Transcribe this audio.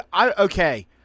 okay